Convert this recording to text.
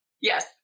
yes